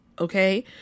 Okay